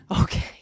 Okay